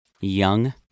young